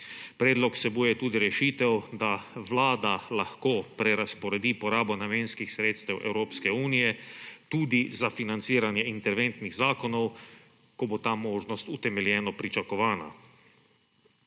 Predlog vsebuje tudi rešitev, da Vlada lahko prerazporedi porabo namenskih sredstev Evropske unije tudi za financiranje interventnih zakonov, ko bo ta možnost utemeljeno pričakovana.